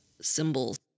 symbols